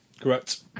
correct